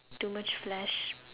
too much flash